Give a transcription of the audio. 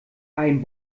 ein